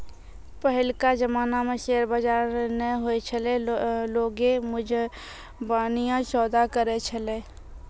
पहिलका जमाना मे शेयर बजार नै होय छलै लोगें मुजबानीये सौदा करै छलै